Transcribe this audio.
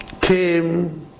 came